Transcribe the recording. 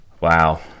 Wow